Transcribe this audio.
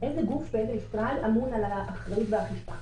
איזה גוף ואיזה משרד אמון על האחריות והאכיפה.